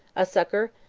a succor,